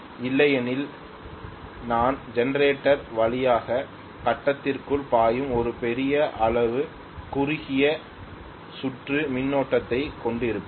இல்லையெனில் நான் ஜெனரேட்டர் வழியாக கட்டத்திற்குள் பாயும் ஒரு பெரிய அளவு குறுகிய சுற்று மின்னோட்டத்தைக் கொண்டிருப்பேன்